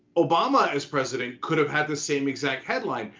obama, as president, could have had the same exact headline,